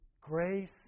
grace